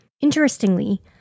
Interestingly